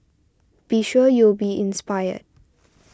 be sure you'll be inspired